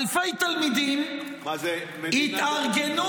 אלפי תלמידים התארגנו